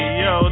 yo